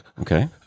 okay